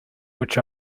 which